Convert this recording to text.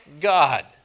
God